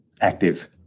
active